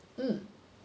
um